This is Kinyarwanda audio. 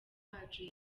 hacu